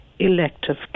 elective